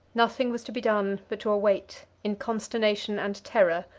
nothing was to be done but to await, in consternation and terror,